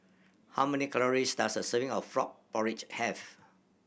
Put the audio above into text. how many calories does a serving of frog porridge have